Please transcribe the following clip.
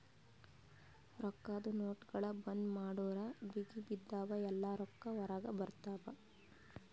ರೊಕ್ಕಾದು ನೋಟ್ಗೊಳ್ ಬಂದ್ ಮಾಡುರ್ ಸಿಗಿಬಿದ್ದಿವ್ ಎಲ್ಲಾ ರೊಕ್ಕಾ ಹೊರಗ ಬರ್ತಾವ್